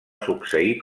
succeir